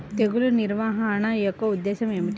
తెగులు నిర్వహణ యొక్క ఉద్దేశం ఏమిటి?